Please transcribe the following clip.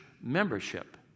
membership